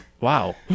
Wow